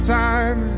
time